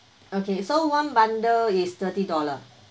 okay so one bundle is thirty dollar